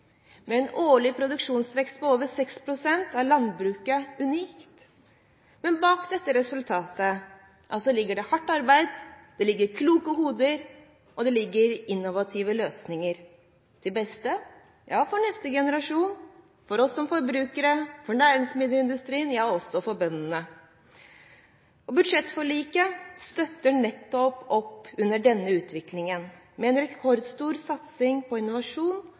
Med en årlig produktivitetsvekst på over 6 pst. er landbruket unikt. Men bak dette resultatet ligger det hardt arbeid, kloke hoder og innovative løsninger, til beste for neste generasjon, for oss som forbrukere, for næringsmiddelindustrien, ja også for bøndene. Budsjettforliket støtter nettopp opp under denne utviklingen, med en rekordstor satsing på innovasjon